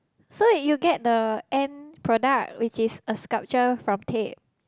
so you get the end product which is a sculpture from tape